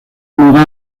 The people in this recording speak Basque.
muga